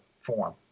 form